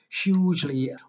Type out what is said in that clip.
hugely